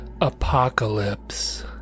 Apocalypse